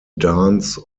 dance